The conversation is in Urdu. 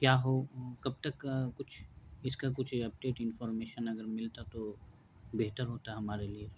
کیا ہو کب تک کچھ اس کا کچھ اپڈیٹ انفارمیشن اگر ملتا تو بہتر ہوتا ہے ہمارے لیے